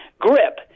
grip